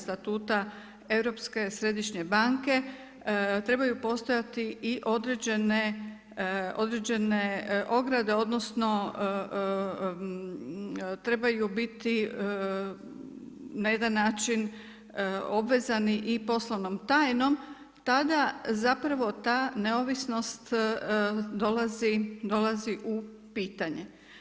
Statuta Europske središnje banke, trebaju postojati i određene određene ograde, odnosno trebaju biti na jedan način obvezani i poslovnom tajnom, tada zapravo ta neovisnost dolazi u pitanje.